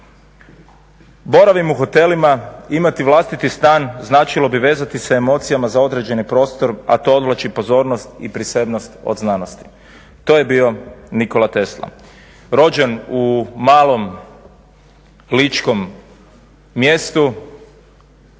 Boravim u hotelima, imati vlastiti stan značilo bi vezati se emocijama za određeni prostor a to odvlači pozornost i prisebnost od znanosti. To je bio Nikola Tesla, rođen u malom ličkom mjestu,